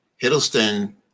Hiddleston